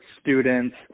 students